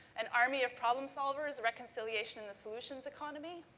an army of problem solvers, reconciliation and the solutions economy,